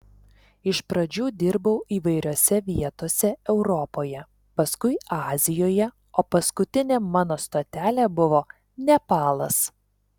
iš pradžių dirbau įvairiose vietose europoje paskui azijoje o paskutinė mano stotelė buvo nepalas